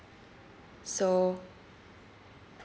so